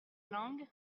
langue